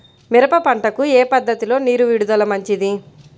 మిరప పంటకు ఏ పద్ధతిలో నీరు విడుదల మంచిది?